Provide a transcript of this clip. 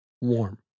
warm